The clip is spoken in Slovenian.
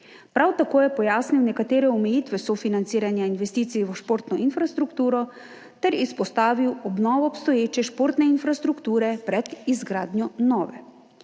Prav tako je pojasnil nekatere omejitve sofinanciranja investicij v športno infrastrukturo ter izpostavil obnovo obstoječe športne infrastrukture pred izgradnjo nove.